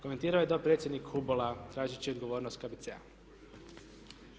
Komentirao je to predsjednik HUBOL-a tražeći odgovornost KBC-a.